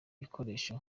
bikoresho